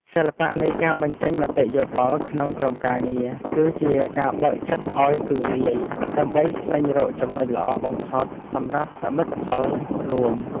សិល្បៈនៃការបញ្ចេញមតិយោបល់ក្នុងក្រុមការងារ គឺ ជាការបើកចិត្តឱ្យទូលាយដើម្បីស្វែងរកចំណុចល្អបំផុតសម្រាប់សមិទ្ធផលរួម។